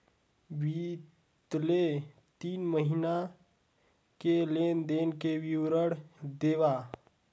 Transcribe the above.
बितले तीन महीना के लेन देन के विवरण देवा?